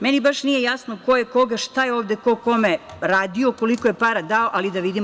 Meni baš nije jasno ko je koga, šta je ovde ko kome radio, koliko je para dao, ali da vidimo.